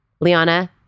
Liana